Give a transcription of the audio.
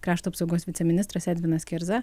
krašto apsaugos viceministras edvinas kerza